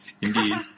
Indeed